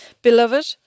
Beloved